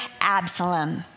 Absalom